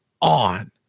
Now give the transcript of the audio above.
on